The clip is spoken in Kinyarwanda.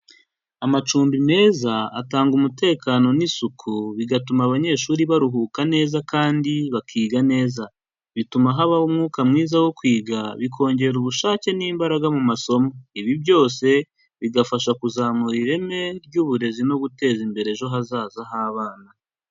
Amacumbi meza atanga umutekano n'isuku bigatuma abanyeshuri baruhuka neza kandi bakiga neza, bituma habaho umwuka mwiza wo kwiga, bikongera ubushake n'imbaraga mu masomo, ibi byose bigafasha kuzamura ireme ry'uburezi no guteza imbere ejo hazaza h'abana.